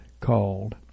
called